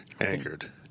anchored